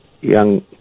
young